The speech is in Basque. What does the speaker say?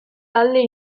talde